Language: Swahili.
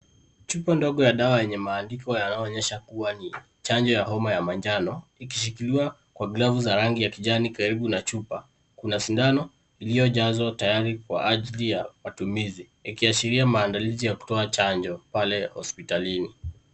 Chupa ndogo ya dawa yenye maandishi yanayoonyesha kuwa ni chanjo ya homa ya manjano ikishikiliwa kwa glavu za rangi ya kijani karibu na chupa kuna shindano iliyojazwa tayari kwa ajili ya matumizi ikiashiria maandalizi ya kutoa chanjo pale hosiptalini.